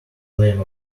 claim